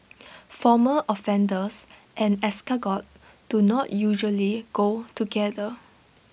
former offenders and escargot do not usually go together